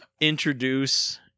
introduce